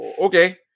Okay